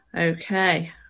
Okay